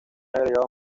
agregado